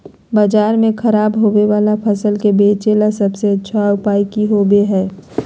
बाजार में खराब होबे वाला फसल के बेचे ला सबसे अच्छा उपाय की होबो हइ?